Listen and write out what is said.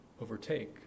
overtake